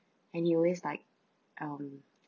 and he always like um